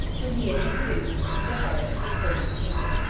whom he had introduced into the heart of his persian kingdom.